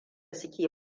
suke